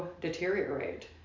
deteriorate